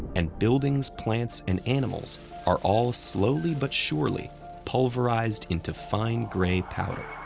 and buildings, plants, and animals are all slowly but surely pulverized into fine grey powder.